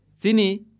sini